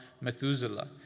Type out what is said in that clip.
Methuselah